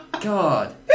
God